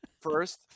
first